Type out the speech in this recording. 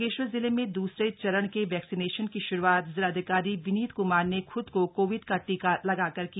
बागेश्वर जिले में दूसरे चरण के वैक्सीनेशन की शुरुआत जिलाधिकारी विनीत कुमार ने खुद को कोविड का टीका लगवाकर किया